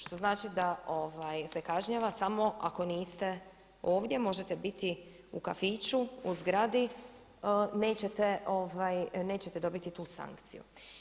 Što znači da se kažnjava samo ako niste ovdje, možete biti u kafiću, u zgradi, nećete dobiti tu sankciju.